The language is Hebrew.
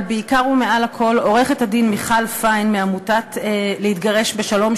אבל בעיקר ומעל לכול עורכת-הדין מיכל פיין מעמותת "להתגרש בשלום",